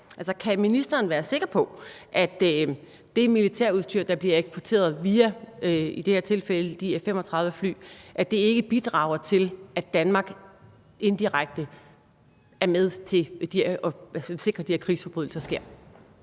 om ministeren kan være sikker på, at det militærudstyr, der bliver eksporteret, i det her tilfælde via de F-35-fly, ikke bidrager til, at Danmark indirekte er med til at sikre, at de her krigsforbrydelser sker.